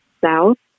south